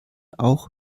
auch